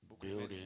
Building